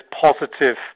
positive